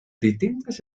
distintas